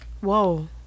whoa